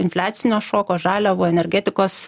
infliacinio šoko žaliavų energetikos